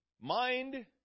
Mind